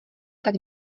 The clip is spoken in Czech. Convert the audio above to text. tak